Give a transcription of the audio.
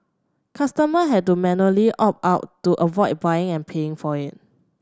customer had to manually opt out to avoid buying and paying for it